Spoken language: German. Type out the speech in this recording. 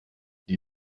die